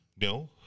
No